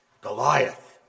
Goliath